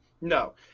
No